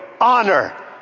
honor